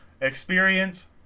Experience